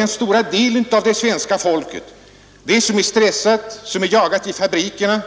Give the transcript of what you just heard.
Den stora delen av det svenska folket, de som är stressade, jagade i fabrikerna